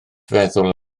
feddwl